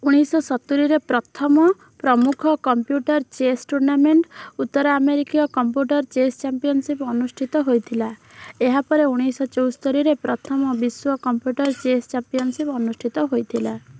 ଉଣେଇଶହ ସତୁରିରେ ପ୍ରଥମ ପ୍ରମୁଖ କମ୍ପ୍ୟୁଟର୍ ଚେସ୍ ଟୁର୍ନାମେଣ୍ଟ୍ ଉତ୍ତର ଆମେରିକୀୟ କମ୍ପ୍ୟୁଟର୍ ଚେସ୍ ଚାମ୍ପିଅନସିପ୍ ଅନୁଷ୍ଠିତ ହୋଇଥିଲା ଏହାପରେ ଉଣେଇଶଚଉସ୍ତରିରେ ପ୍ରଥମ ବିଶ୍ୱ କମ୍ପ୍ୟୁଟର୍ ଚେସ୍ ଚାମ୍ପିଅନସିପ୍ ଅନୁଷ୍ଠିତ ହୋଇଥିଲା